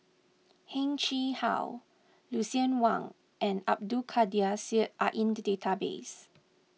Heng Chee How Lucien Wang and Abdul Kadir Syed are in the database